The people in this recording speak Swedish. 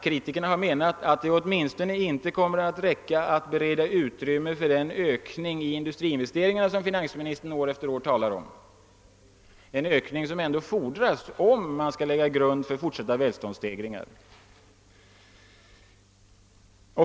Kritikerna har menat att den åtminstone icke kommer att räcka för att bereda utrymme för den ökning i industriinvesteringarna som finansministern år efter år talar om, en ökning som fordras om man skall lägga grunden för fortsatta välståndsstegringar.